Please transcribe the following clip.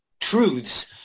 truths